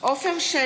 בעד עפר שלח,